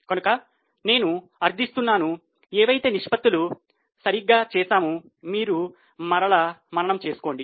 కనుక నేను అర్ధిస్తున్నాను ఏవైతే నిష్పత్తులు సరిగ్గా చేశాము మీరు మరల మననం చేసుకోండి